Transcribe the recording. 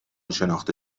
شناخته